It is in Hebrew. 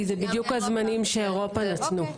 כי זה בדיוק הזמנים שאירופה נתנו.